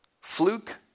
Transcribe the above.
Fluke